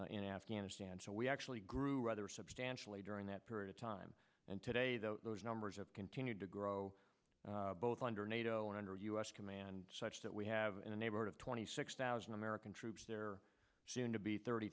in afghanistan so we actually grew rather substantially during that period of time and today those numbers of continued to grow both under nato and under u s command such that we have in the neighborhood of twenty six thousand american troops there soon to be thirty